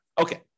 Okay